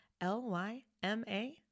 L-Y-M-A